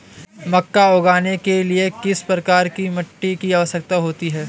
मक्का उगाने के लिए किस प्रकार की मिट्टी की आवश्यकता होती है?